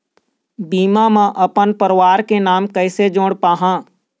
बीमा म अपन परवार के नाम कैसे जोड़ पाहां?